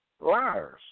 liars